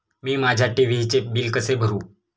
मी माझ्या टी.व्ही चे बिल कसे भरू?